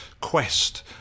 quest